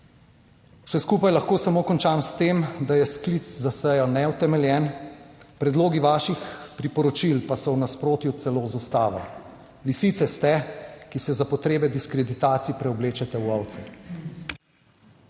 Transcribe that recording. Vse skupaj lahko samo končam s tem, da je sklic za sejo neutemeljen, predlogi vaših priporočil pa so v nasprotju celo z Ustavo. Lisice ste, ki se za potrebe diskreditacij preoblečete v ovce.